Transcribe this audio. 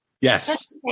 Yes